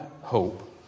hope